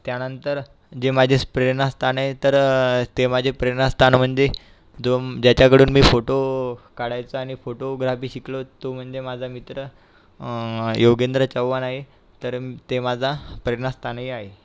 त्यानंतर जे माझेच फ्रेंड असताने तर ते माझे प्रेरणास्थान म्हणजे जो ज्याच्याकडून मी फोटो काढायचं आणि फोटोग्राफी शिकलो तो म्हणजे माझा मित्र योगेंद्र चव्हाण आहे तर ते माझा प्रेरणास्थानी आहे